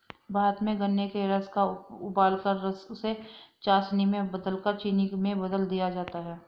भारत में गन्ने के रस को उबालकर उसे चासनी में बदलकर चीनी में बदल दिया जाता है